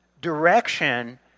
direction